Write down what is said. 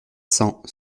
cents